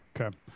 Okay